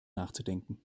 nachzudenken